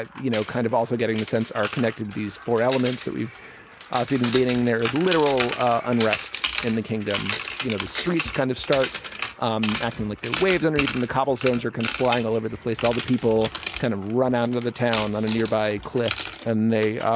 ah you know, kind of also getting the sense are connected with these four elements that we've ah seen in the beginning. there is literal unrest in the kingdom. you know, the streets kind of start um acting like their waves underneath them. the cobblestones are can flying all over the place all the people kind of run out into the town on a nearby cliff and they